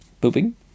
pooping